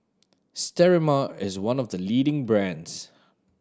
Sterimar is one of the leading brands